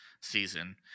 season